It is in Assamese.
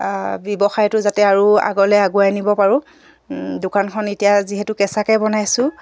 ব্যৱসায়টো যাতে আৰু আগলৈ আগুৱাই নিব পাৰোঁ দোকানখন এতিয়া যিহেতু কেঁচাকৈ বনাইছোঁ